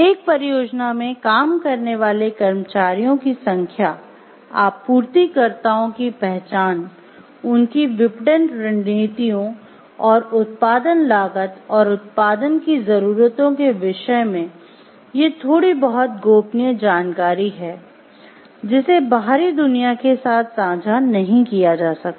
एक परियोजना में काम करने वाले कर्मचारियों की संख्या आपूर्तिकर्ताओं की पहचान उनकी विपणन रणनीतियों और उत्पादन लागत और उत्पादन की जरूरतों के विषय में ये थोड़ी बहुत गोपनीय जानकारी हैं जिसे बाहरी दुनिया के साथ साझा नहीं किया जा सकता